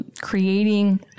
creating